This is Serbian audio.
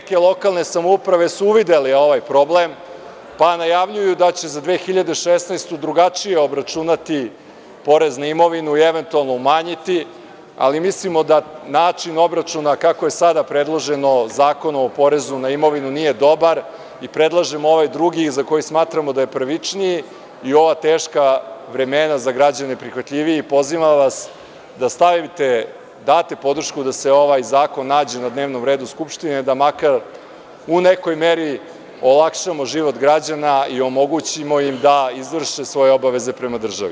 Neke lokalne samouprave su uvidele ovaj problem, pa najavljuju da će za 2016. godinu drugačije obračunati porez na imovinu ili eventualno umanjiti, ali mislimo da način obračuna, kako je sada predloženo Zakonom o porezu na imovinu, nije dobar i predlažem ovaj drugi za koji smatramo da je pravičniji i ova teška vremena za građane, prihvatljiviji i pozivam vas da date podršku da se ovaj zakon nađe na dnevnom redu Skupštine, da makar u nekoj meri olakšamo život građana i omogućimo im da izvrše svoje obaveze prema državi.